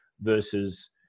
versus